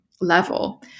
level